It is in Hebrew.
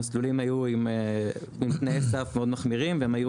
המסלולים התוו תנאי סף מחמירים מאוד והם היו